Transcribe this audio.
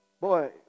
Boy